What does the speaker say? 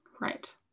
Right